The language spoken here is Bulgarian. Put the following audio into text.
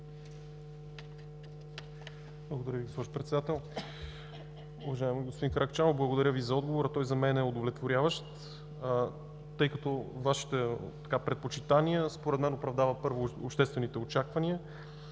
Благодаря Ви, госпожо Председател. Уважаеми господин Каракачанов, благодаря Ви за отговора. Той за мен е удовлетворяващ, тъй като Вашите предпочитания според мен оправдават първо обществените очаквания,